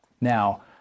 Now